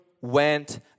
went